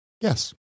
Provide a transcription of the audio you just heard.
Yes